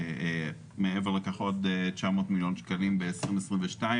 ומעבר לכך עוד 300 מיליון שקלים ב-2022,